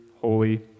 holy